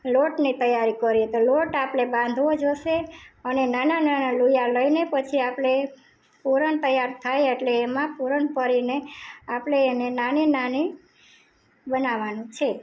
લોટને તૈયાર કરીએ તો લોટ બાંધવો જોઈશે અને નાના નાના લુયા લઈને પછી આપણે પૂરણ તૈયાર થાય એટલે એમાં પૂરણ ભરીને આપણે એને નાની નાની બનાવવાનું છે